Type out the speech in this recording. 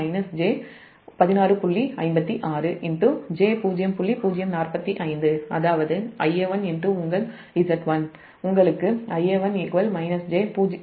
045 அது காட்டப்பட்டுள்ளது அதாவது Ia1 உங்கள் Z1 உங்களுக்கு Ia1 j16